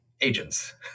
agents